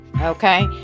okay